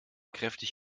kräftig